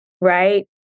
right